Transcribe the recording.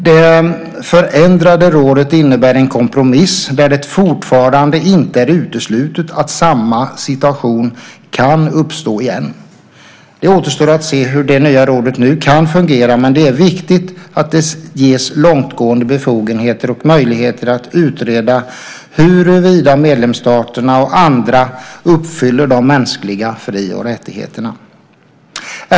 Det förändrade rådet innebär en kompromiss där det fortfarande inte är uteslutet att samma situation kan uppstå igen. Det återstår att se hur det nya rådet nu kan fungera. Det är viktigt att det ges långtgående befogenheter och möjligheter att utreda huruvida medlemsstaterna och andra uppfyller de mänskliga fri och rättigheterna.